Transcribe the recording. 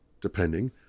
depending